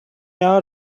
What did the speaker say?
out